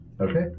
Okay